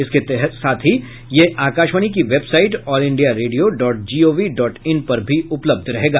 इसके साथ ही यह आकाशवाणी की website all India radio dot G O V dot in पर भी उपलब्ध रहेगा